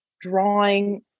drawing